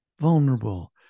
vulnerable